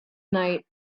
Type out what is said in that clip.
night